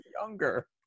younger